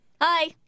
Hi